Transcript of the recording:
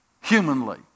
humanly